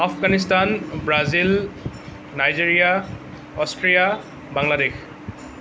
Afghanistan Brazil Nigeria Austria Bangladesh